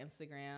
Instagram